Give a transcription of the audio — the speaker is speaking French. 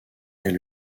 est